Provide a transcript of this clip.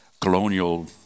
colonial